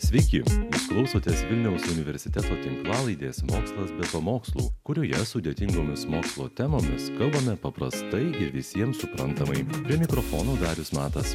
sveiki jūs klausotės vilniaus universiteto tinklalaidės mokslas be pamokslų kurioje sudėtingomis mokslo temomis kalbame paprastai ir visiems suprantamai prie mikrofono darius matas